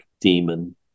demon